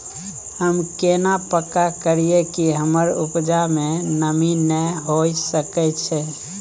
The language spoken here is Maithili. हम केना पक्का करियै कि हमर उपजा में नमी नय होय सके छै?